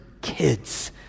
kids